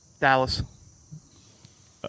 Dallas